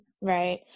right